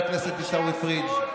אנשי השמאל בוגדים, נכון?